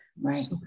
Right